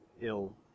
ill